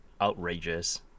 outrageous